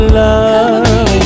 love